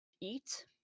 eat